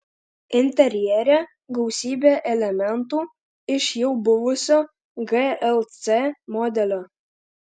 interjere gausybė elementų iš jau buvusio glc modelio